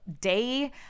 day